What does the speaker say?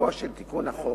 תוקפו של תיקון החוק.